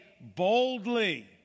boldly